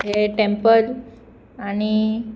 हें टॅम्पल आनी